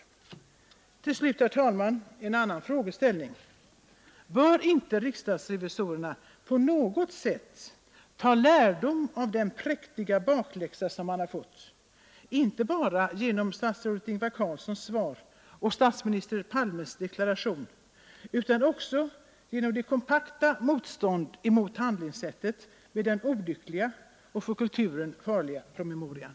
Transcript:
Till slut, herr talman, en annan frågeställning. Bör inte riksdagsrevisorerna på något sätt ta lärdom av den präktiga bakläxa man har fått, inte bara genom statsrådet Ingvar Carlssons svar och statsminister Palmes deklaration utan också genom det kompakta motståndet mot handlingssättet med den olyckliga och för kulturen farliga promemorian?